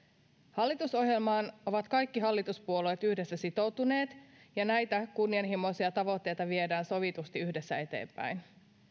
hallitusohjelmaan ovat kaikki hallituspuolueet yhdessä sitoutuneet ja näitä kunnianhimoisia tavoitteita viedään sovitusti yhdessä eteenpäin